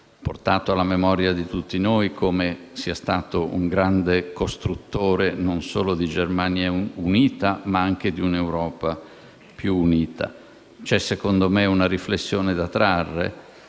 portato alla memoria di tutti noi come sia stato un grande costruttore non solo di una Germania unita, ma anche di un'Europa più unita. C'è secondo me una riflessione da trarre: